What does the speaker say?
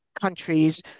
countries